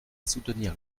soutenir